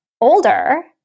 older